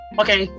okay